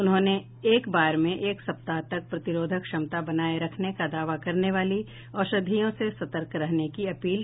उन्होंने एक बार में एक सप्ताह तक प्रतिरोधक क्षमता बनाए रखने का दावा करने वाली औषधियों से सतर्क रहने की अपील की है